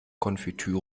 konfitüre